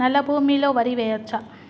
నల్లా భూమి లో వరి వేయచ్చా?